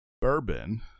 Bourbon